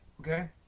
okay